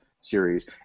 series